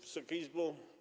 Wysoka Izbo!